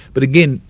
but again,